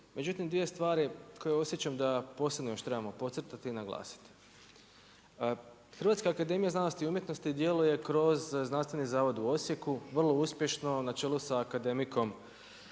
međutim dvije stvari koje osjećam da posebno još trebamo podcrtati i naglasiti. HAZU djeluje kroz Znanstveni zavod u Osijeku, vrlo uspješno, na čelu sa akademikom